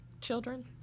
children